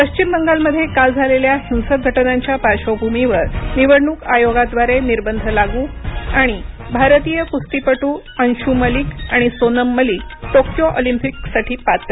पश्चिम बंगालमध्ये काल झालेल्या हिंसक घटनांच्या पाश्र्वभूमी वर निवडणूक आयोगाद्वारे निर्बंध लागू भारतीय कुस्तीपटू अंशू मलिक आणि सोनम मलिक टोक्यो ऑलिंपिक्ससाठी पात्र